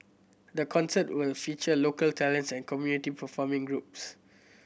the concert will feature local talents and community performing groups